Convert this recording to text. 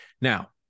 Now